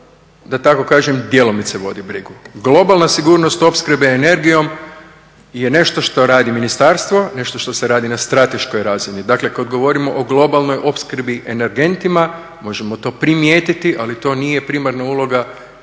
da tako kažem djelomice vodi brigu. Globalna sigurnost opskrbe energijom je nešto što radi ministarstvo, nešto što se radi na strateškoj razini. Dakle kada govorimo o globalnoj opskrbi energentima, možemo to primijetiti ali to nije primarna uloga